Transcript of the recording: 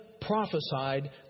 prophesied